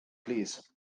plîs